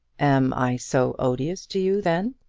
am i so odious to you then?